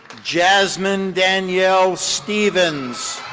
jasmine danielle stephens.